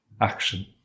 Action